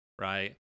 right